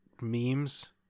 memes